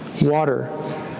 water